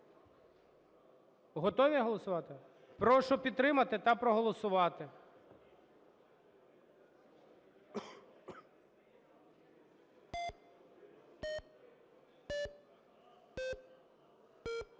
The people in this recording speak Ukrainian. Готові голосувати? Прошу підтримати та проголосувати.